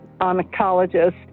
oncologist